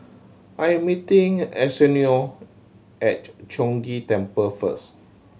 I'm meeting Arsenio at Chong Ghee Temple first